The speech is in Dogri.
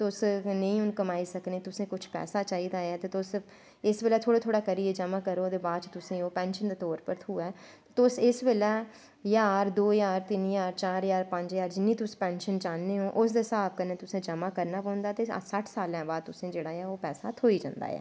तुस नेंई बी कमाई सकने तुसैं कुश पैसा चाही दा ऐ ते तुस इस बेल्लै थोह्ड़ा थोह्ड़ा करियै जमां करो ते बाद च तुसेंगी पैंशन दे तौर पर थ्होऐ तुस इस बेल्लै हज़ार दो हज़ार तिन्न हज़ार चार हज़ार पंज हज़ार जिन्नी तुस पैंशन चाह्ने ओ उस दै हिसाब कन्नै तुसैं जमां करना पौंदा ते सट्ठ सालैं बाद तुसैं ओह् पैसा जेह्ड़ा थ्होई जंदा ऐ